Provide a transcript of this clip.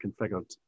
configured